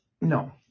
No